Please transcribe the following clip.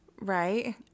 Right